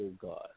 God